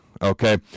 Okay